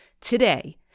today